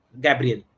Gabriel